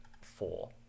four